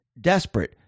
desperate